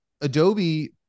adobe